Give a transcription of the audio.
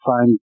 find